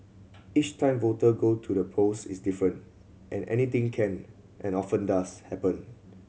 each time voter go to the polls is different and anything can and often does happen